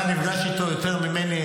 אתה נפגש איתו יותר ממני.